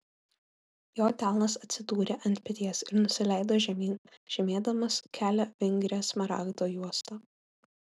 jo delnas atsidūrė ant peties ir nusileido žemyn žymėdamas kelią vingria smaragdo juosta